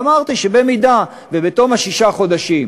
ואמרתי שאם בתום ששת החודשים